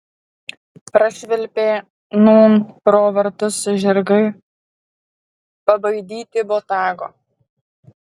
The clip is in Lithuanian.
prašvilpė nūn pro vartus žirgai pabaidyti botago